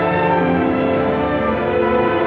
or